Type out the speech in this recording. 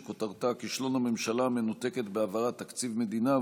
שכותרתה: כישלון הממשלה המנותקת בהעברת תקציב מדינה,